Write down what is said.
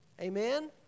Amen